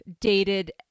dated